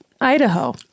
Idaho